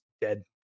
dead